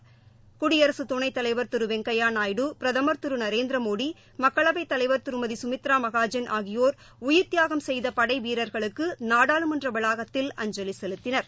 ப்புடியரசுதுணைத்தலைவர் திருவெங்கையாநாயுடு பிரதமர் திருநரேந்திரமோடி மக்களவைத் தலைவர் திருமதிசுமித்ராமகாஜன் உயிர்தியாகம் ஆகியோர் செய்தபடைவீரர்களுக்குநாடாளுமன்றவளாகத்தில் அஞ்சலிசெலுத்தினர்